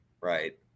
right